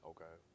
Okay